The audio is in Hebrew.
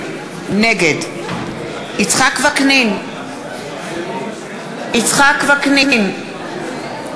אני כיו"ר ועד עובדים לא נתתי לנסוע לחו"ל.